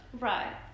Right